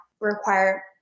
require